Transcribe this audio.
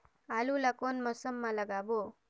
आलू ला कोन मौसम मा लगाबो?